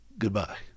Goodbye